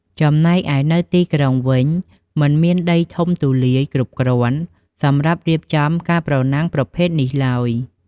ចំណែកឯនៅទីក្រុងវិញ មិនមានដីធំទូលាយគ្រប់គ្រាន់សម្រាប់រៀបចំការប្រណាំងប្រភេទនេះឡើយ។